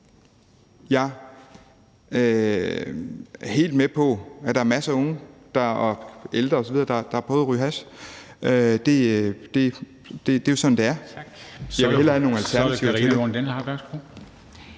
Jeg er helt med på, at der er masser af unge og ældre osv., der har prøvet at ryge hash. Det er jo sådan, det er.